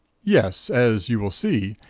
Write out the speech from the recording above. yes, as you will see,